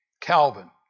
Calvin